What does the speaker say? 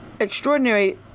extraordinary